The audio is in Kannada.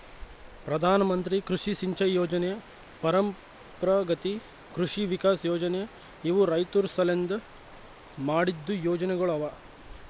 ಪ್ರಧಾನ ಮಂತ್ರಿ ಕೃಷಿ ಸಿಂಚೈ ಯೊಜನೆ, ಪರಂಪ್ರಗತಿ ಕೃಷಿ ವಿಕಾಸ್ ಯೊಜನೆ ಇವು ರೈತುರ್ ಸಲೆಂದ್ ಮಾಡಿದ್ದು ಯೊಜನೆಗೊಳ್ ಅವಾ